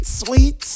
sweet